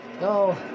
no